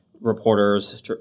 reporters